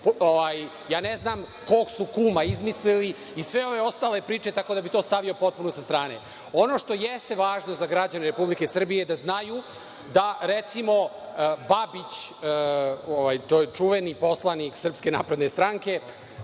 Ja ne znam kog su kuma izmislili i sve ove ostale priče, tako da bih to stavio potpuno sa strane. Ono što jeste važno za građane Republike Srbije je da znaju da, recimo, Babić, to je čuveni poslanik SNS, je postavljen